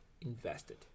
invested